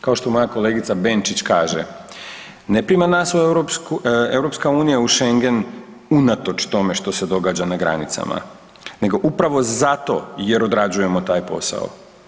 Kao što moja kolegica Benčić kaže ne prima nas EU u Šengen unatoč tome što se događa na granicama nego upravo zato jer odrađujemo taj posao.